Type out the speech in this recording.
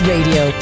Radio